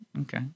Okay